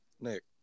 Nick